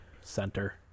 center